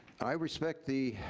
i respect the,